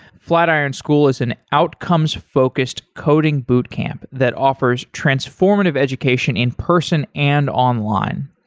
flatiron school is an outcomes focused coding bootcamp that offers transformative education in-person and online.